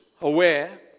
aware